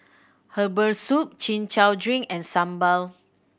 herbal soup Chin Chow drink and sambal